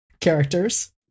characters